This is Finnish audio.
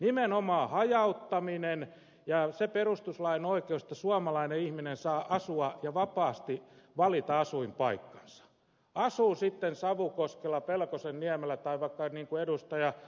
nimenomaan hajauttaminen ja se perustuslain oikeus että suomalainen ihminen saa asua ja vapaasti valita asuinpaikkansa asuu sitten savukoskella pelkosenniemellä tai vaikka niin kuin ed